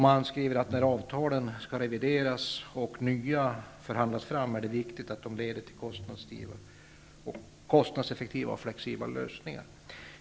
Man skriver att när avtalen skall revideras och nya förhandlas fram är det viktigt att de leder till kostnadseffektiva och flexibla lösningar.